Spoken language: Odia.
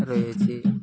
ରହିଛି